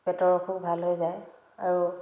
পেটৰ অসুখ ভাল হৈ যায় আৰু